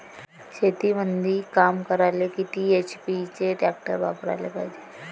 शेतीमंदी काम करायले किती एच.पी चे ट्रॅक्टर वापरायले पायजे?